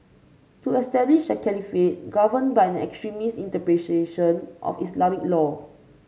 to establish a caliphate governed by an extremist of Islamic law